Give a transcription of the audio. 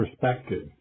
perspective